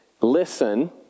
listen